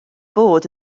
bod